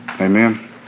Amen